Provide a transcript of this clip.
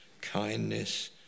kindness